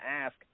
ask